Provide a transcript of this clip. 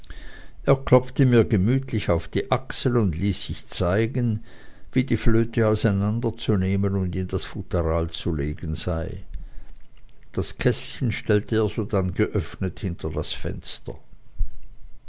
er klopfte mir gemütlich auf die achsel und ließ sich zeigen wie die flöte auseinanderzunehmen und in das futteral zu legen sei das kästchen stellte er sodann geöffnet hinter das fenster